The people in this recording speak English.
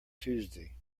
tuesday